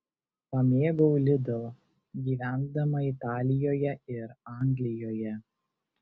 pamėgau lidl gyvendama italijoje ir anglijoje